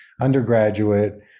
undergraduate